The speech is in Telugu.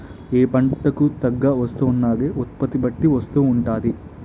ఏ పంటకు తగ్గ వస్తువునాగే ఉత్పత్తి బట్టి వస్తువు ఉంటాది